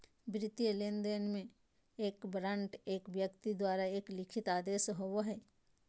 वित्तीय लेनदेन में, एक वारंट एक व्यक्ति द्वारा एक लिखित आदेश होबो हइ